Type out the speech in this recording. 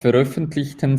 veröffentlichten